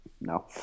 no